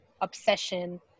obsession